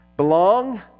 Belong